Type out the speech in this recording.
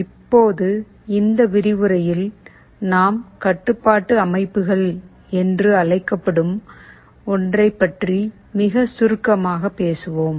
இப்போது இந்த விரிவுரையில் நாம் கட்டுப்பாட்டு அமைப்புகள் என்று அழைக்கப்படும் ஒன்றைப் பற்றி மிகச் சுருக்கமாக பேசுவோம்